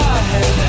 ahead